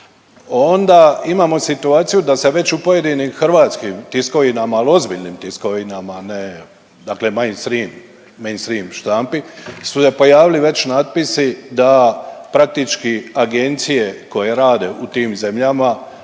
onda imamo situaciju da se već u pojedinim hrvatskim tiskovinama, al ozbiljnim tiskovinama, a ne dakle mainstream štampi su se pojavili već natpisi da praktički agencije koje rade u tim zemljama,